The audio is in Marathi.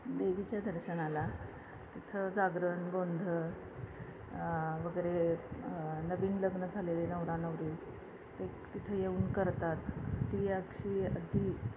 देवीच्या दर्शनाला तिथं जागरण गोंधळ वगैरे नवीन लग्न झालेले नवरा नवरी ते तिथं येऊन करतात ती अक्षी आधी